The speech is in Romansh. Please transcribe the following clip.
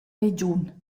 regiun